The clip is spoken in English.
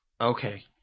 Okay